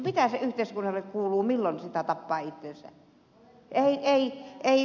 mitä se yhteiskunnalle kuuluu milloin sitä tappaa itsensä